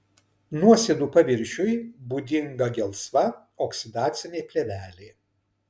nuosėdų paviršiui būdinga gelsva oksidacinė plėvelė